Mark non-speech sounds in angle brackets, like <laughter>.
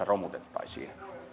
<unintelligible> romutettaisiin